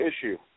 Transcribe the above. issue